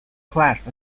classed